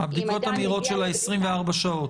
הבדיקות המהירות של ה-24 שעות?